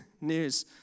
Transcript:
news